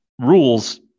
rules